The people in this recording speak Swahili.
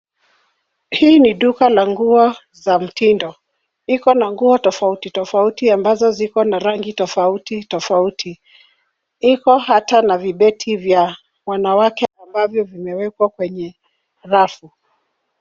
Hii ni duka la nguo za mtindo. Iko na nguo tofauti tofauti ambazo ziko na rangi tofauti tofauti. Iko hata na vibeti vya wanawake ambavyo vimewekwa kwenye rafu.